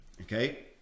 Okay